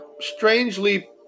strangely